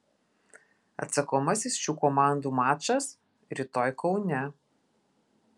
atsakomasis šių komandų mačas rytoj kaune